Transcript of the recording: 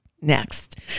next